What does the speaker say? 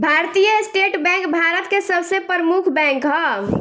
भारतीय state bank भारत के सबसे प्रमुख बैंक ह